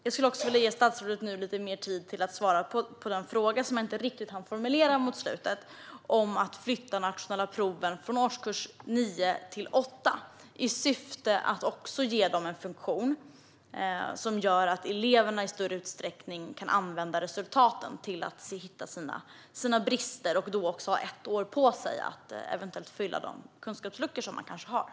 Jag skulle vilja ge statsrådet lite mer tid att svara på den fråga som jag inte riktigt hann formulera mot slutet av mitt förra inlägg, om att flytta de nationella proven från årskurs 9 till årskurs 8. Syftet är att ge dem en funktion som gör att eleverna i större utsträckning kan använda resultaten till att hitta sina brister. Eleverna skulle då också ha ett år på sig att fylla de kunskapsluckor som eventuellt finns.